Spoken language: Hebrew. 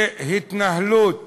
שהתנהלות